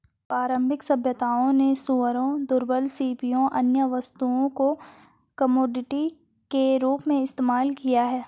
प्रारंभिक सभ्यताओं ने सूअरों, दुर्लभ सीपियों, अन्य वस्तुओं को कमोडिटी के रूप में इस्तेमाल किया